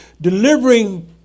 delivering